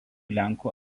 lenkų